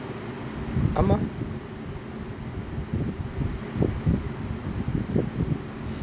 ஆமா:aamaa